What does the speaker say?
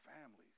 families